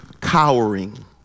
cowering